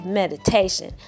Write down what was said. meditation